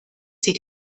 sie